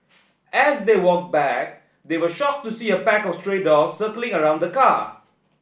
as they walked back they were shocked to see a pack of stray dogs circling around the car